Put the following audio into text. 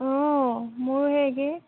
অঁ মোৰো সেই একেই